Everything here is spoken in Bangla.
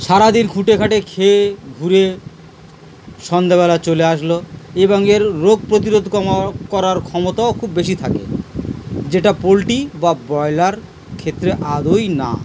সারাদিন খুঁটে খাটে খেয়ে ঘুরে সন্ধেবেলা চলে আসলো এবং এর রোগ প্রতিরোধ কম করার ক্ষমতাও খুব বেশি থাকে যেটা পোলট্রি বা ব্রয়লার ক্ষেত্রে আদৌ না